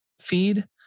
feed